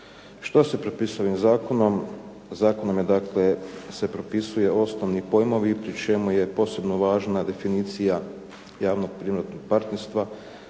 Što se propisuje ovim zakonom? Zakonom je dakle se propisuju osnovni pojmovi pri čemu je posebno važna definicija javno-privatnog partnerstva